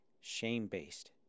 shame-based